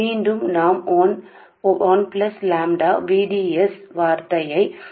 మళ్ళీ నేను ఒక ప్లస్ లాంబ్డా VDS పదాన్ని విస్మరిస్తున్నాను